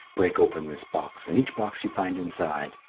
break open this box and each box you find inside.